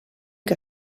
que